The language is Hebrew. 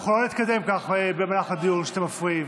אנחנו לא נתקדם כך במהלך הדיון, כשאתם מפריעים.